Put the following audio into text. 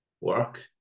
work